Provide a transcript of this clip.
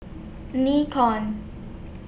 Nikon